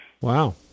Wow